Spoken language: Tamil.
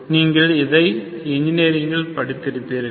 நீங்கள் இதை என்ஜினீயரிங் ல் படித்திருப்பீர்கள்